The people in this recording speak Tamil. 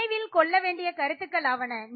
நினைவில் கொள்ளவேண்டிய கருத்துக்கள் ஆவன